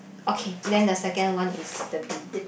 okay then the second one is the bee